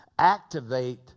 activate